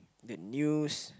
the news